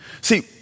See